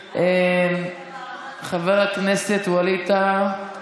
חבר הכנסת ווליד טאהא,